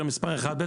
כמו שאמר רן שדמי,